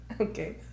Okay